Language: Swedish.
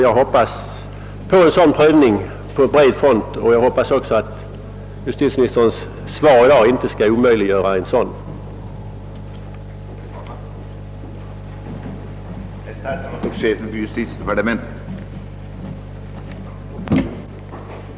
Jag hoppas därför att en sådan prövning på bred front kommer till stånd och att justitieministerns svar i dag inte omöjliggör en sådan prövning.